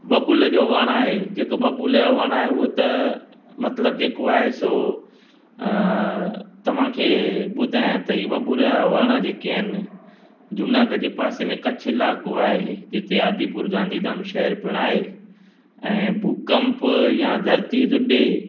बबूल जो वणु आहे जेको बबूल जो वणु आहे उहो त मतिलबु जेको आहे सो तव्हांखे ॿुधायां त हीउ बबूल जा वण जेके आहिनि जूनागढ़ जे पासे में कच्छ इलाइक़ो आहे जिते आदिपुर गांधीधाम शहरु पिणु आहे ऐं भूकंप या धरती धुॾे